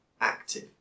active